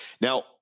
Now